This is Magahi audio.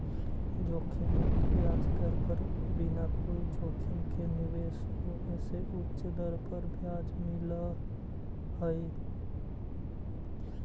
जोखिम मुक्त ब्याज दर पर बिना कोई जोखिम के निवेश होवे से उच्च दर पर ब्याज मिलऽ हई